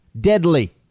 deadly